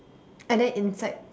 and then inside